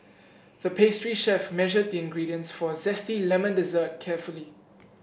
the pastry chef measured the ingredients for a zesty lemon dessert carefully